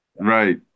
right